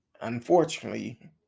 Unfortunately